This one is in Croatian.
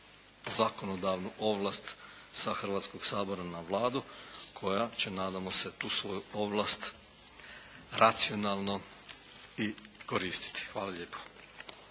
zakonodavnu ovlast sa Hrvatskog sabora na Vladu koja će, nadamo se, tu svoju ovlast racionalno i koristiti. Hvala lijepo.